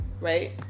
right